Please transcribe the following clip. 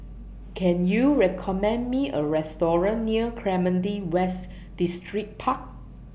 Can YOU recommend Me A Restaurant near Clementi West Distripark